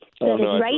Right